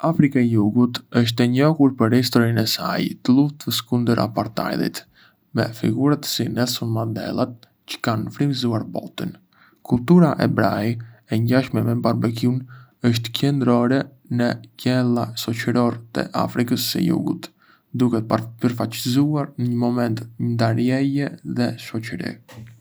Afrika e Jugut është e njohur për historinë e saj të luftës kundër aparteidit, me figura si Nelson Mandela çë kanë frymëzuar botën. Kultura e Braai, e ngjashme me barbekjun, është qendrore në gjella shoçërore të Afrikës së Jugut, duke përfaçësuar një moment ndarjeje dhe shoçërie.